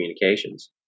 communications